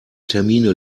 termine